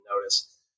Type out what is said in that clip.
notice